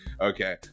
okay